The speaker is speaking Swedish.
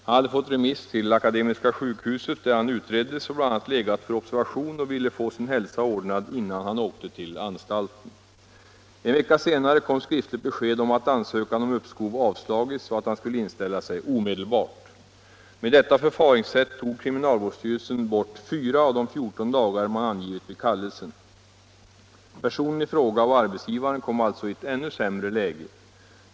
Han hade fått remiss till Akademiska sjukhuset, där hans fall utreddes och där han bl.a. legat för observation. Han ville få sin hälsa åter innan han åkte till anstalten. En vecka senare kom besked att ansökan om uppskov avslagits och att han skulle inställa sig omedelbart. Med detta förfaringssätt tog kriminalvårdsstyrelsen bort fyra av de fjorton dagar man angivit i kallelsen. Personen i fråga och arbetsgivaren kom alltså i ännu sämre läge än tidigare.